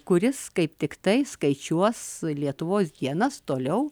kuris kaip tiktai skaičiuos lietuvos dienas toliau